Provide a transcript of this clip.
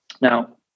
Now